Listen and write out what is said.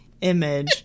image